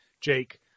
Jake